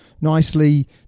nicely